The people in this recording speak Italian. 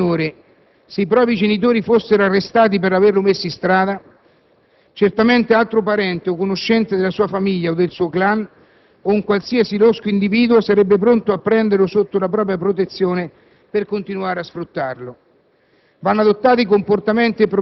Che cosa accadrebbe infatti a un minore se i propri genitori fossero arrestati per averlo messo in strada? Certamente un altro parente o conoscente della sua famiglia o del suo clan, o un qualsiasi losco individuo, sarebbe pronto a prenderlo sotto la propria protezione per continuare a sfruttarlo.